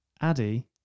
Addy